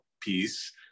piece